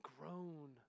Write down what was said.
grown